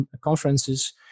conferences